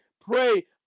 pray